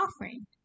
offering